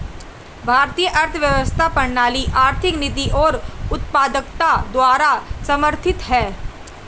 भारतीय अर्थव्यवस्था प्रणाली आर्थिक नीति और उत्पादकता द्वारा समर्थित हैं